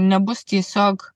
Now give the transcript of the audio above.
nebus tiesiog